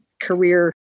career